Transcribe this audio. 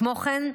כמו כן,